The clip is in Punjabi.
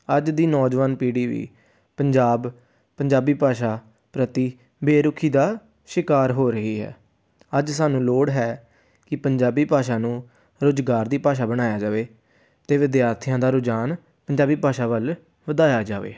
ਅੱਜ ਦੀ ਨੌਜਵਾਨ ਪੀੜੀ ਵੀ ਪੰਜਾਬ ਪੰਜਾਬੀ ਭਾਸ਼ਾ ਪ੍ਰਤੀ ਬੇਰੁਖੀ ਦਾ ਸ਼ਿਕਾਰ ਹੋ ਰਹੀ ਹੈ ਅੱਜ ਸਾਨੂੰ ਲੋੜ ਹੈ ਕਿ ਪੰਜਾਬੀ ਭਾਸ਼ਾ ਨੂੰ ਰੁਜ਼ਗਾਰ ਦੀ ਭਾਸ਼ਾ ਬਣਾਇਆ ਜਾਵੇ ਅਤੇ ਵਿਦਿਆਰਥੀਆਂ ਦਾ ਰੁਝਾਨ ਪੰਜਾਬੀ ਭਾਸ਼ਾ ਵੱਲ ਵਧਾਇਆ ਜਾਵੇ